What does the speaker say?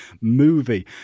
movie